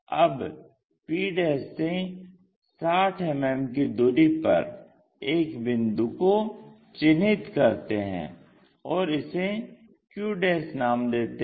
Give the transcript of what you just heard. अब p से 60 मिमी की दूरी पर एक बिंदु को चिन्हित करते हैं और इसे q नाम देते हैं